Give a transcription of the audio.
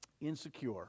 insecure